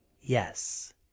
yes